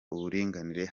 uburinganire